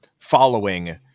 following